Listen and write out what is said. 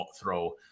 throw